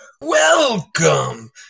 Welcome